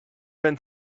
been